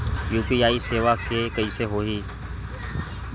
UPI सेवा के कइसे होही?